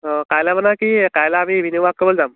অঁ কাইলৈ মানে কি কাইলৈ আমি ইভিনিং ৱাক কৰিবলৈ যাম